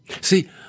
See